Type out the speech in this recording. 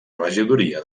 regidoria